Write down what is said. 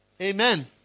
Amen